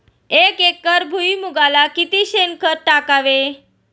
एक एकर भुईमुगाला किती शेणखत टाकावे?